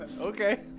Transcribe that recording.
Okay